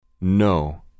No